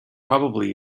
probably